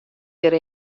hjir